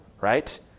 right